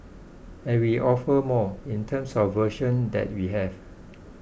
and we offer more in terms of version that we have